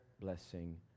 blessing